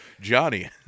Johnny